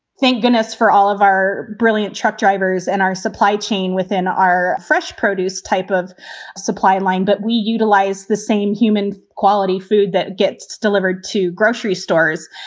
thank goodness for all of our brilliant truck drivers and our supply chain within our fresh produce type of supply line, but we utilize the same human quality food that gets delivered to grocery stores.